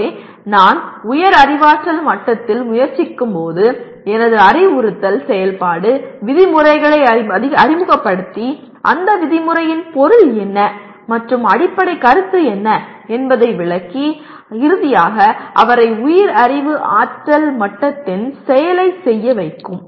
ஆகவே நான் உயர் அறிவாற்றல் மட்டத்தில் முயற்சிக்கும்போது எனது அறிவுறுத்தல் செயல்பாடு விதிமுறைகளை அறிமுகப்படுத்தி அந்த விதிமுறையின் பொருள் என்ன மற்றும் அடிப்படைக் கருத்து என்ன என்பதை விளக்கி இறுதியாக அவரை உயிர் அறிவு ஆற்றல் மட்டத்தில் செயலை செய்ய வைக்கும்